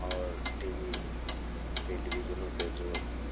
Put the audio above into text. और T V टेलिभिजनों पर जो